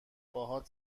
باهات